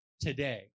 today